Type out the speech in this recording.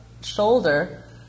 shoulder